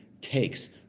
takes